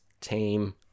team